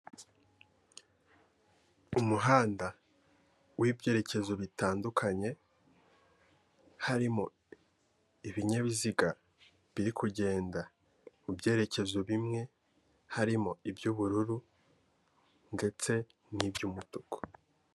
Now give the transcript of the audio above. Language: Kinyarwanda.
Umuhanda w'ibyerekezo bitandukanye harimo ibinyabiziga biri kugenda mu byerekezo bimwe harimo iby'ubururu ndetse n'iby'umutuku.